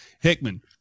Hickman